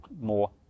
more